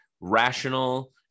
rational